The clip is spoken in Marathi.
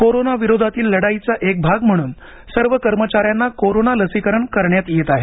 कोरोना विरोधातील लढाईचा एक भाग म्हणून सर्व कर्मचाऱ्यांना कोरोना लसीकरण करण्यात येत आहे